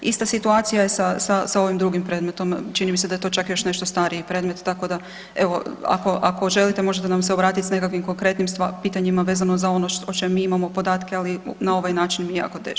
Ista situacija je sa ovim drugim predmetom, čini mi se da je to čak još nešto stariji predmet, tako da evo, ako želite, možete nam se obratiti s nekakvim konkretnim pitanjima vezano za ono o čemu mi imamo podatke, ali na ovaj način jako teško vam nešto reći.